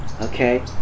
okay